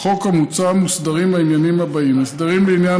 בחוק המוצע מוצעים ההסדרים הבאים: הסדרים לעניין